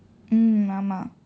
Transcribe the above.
mm ஆமாம்:aamaam